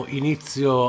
inizio